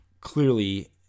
clearly